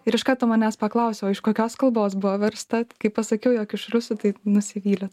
ir iš karto manęs paklausė o iš kokios kalbos buvo versta kai pasakiau jog iš rusų tai nusivylė